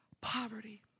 poverty